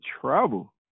trouble